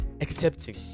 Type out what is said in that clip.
accepting